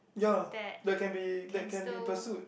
ya that can be that can be pursued